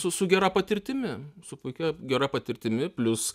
su su gera patirtimi su puikia gera patirtimi plius